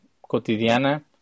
cotidiana